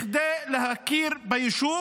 כדי להכיר ביישוב,